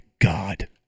god